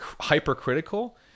hypercritical